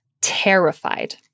terrified